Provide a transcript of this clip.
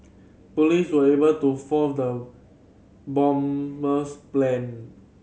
police were able to foil the bomber's plan